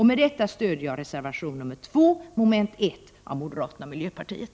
Med detta stöder jag reservation 2, mom. 1, av moderaterna och miljöpartiet.